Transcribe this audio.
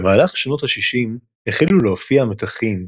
במהלך שנות ה-60 החלו להופיע מתחים,